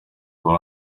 bar